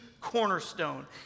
cornerstone